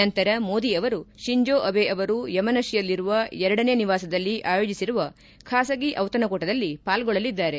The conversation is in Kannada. ನಂತರ ಮೋದಿ ಅವರು ಶಿನ್ಜೋ ಅಬೆ ಅವರು ಯಮನಶಿಯಲ್ಲಿರುವ ಎರಡನೇ ನಿವಾಸದಲ್ಲಿ ಆಯೋಜಿಸಿರುವ ಖಾಸಗಿ ಔತಣಕೂಟದಲ್ಲಿ ಪಾರ್ಸೊಳ್ಳಲಿದ್ದಾರೆ